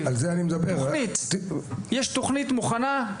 -- על זה אני מדבר ---- יש תכנית מוכנה?